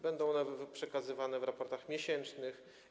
Będą one przekazywane w raportach miesięcznych.